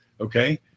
okay